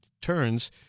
turns